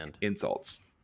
insults